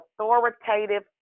authoritative